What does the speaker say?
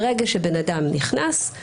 ברגע שאדם נכנס,